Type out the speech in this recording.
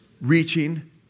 Reaching